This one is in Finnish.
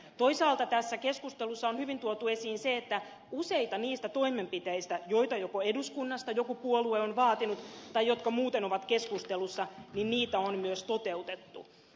toisaalta tässä keskustelussa on hyvin tuotu esiin se että useita niistä toimenpiteistä joita joko eduskunnasta joku puolue on vaatinut tai jotka muuten ovat keskustelussa on myös toteutettu